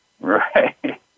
right